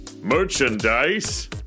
Merchandise